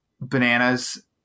bananas